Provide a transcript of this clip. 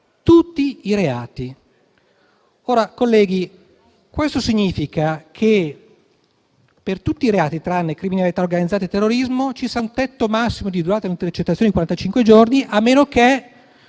tutti i reati. Colleghi, questo significa che per tutti i reati, tranne criminalità organizzata e terrorismo, ci sarà un tetto massimo di durata delle intercettazioni di quarantacinque giorni, a meno che